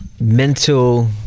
mental